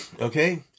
Okay